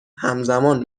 همزمان